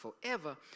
forever